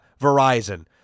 Verizon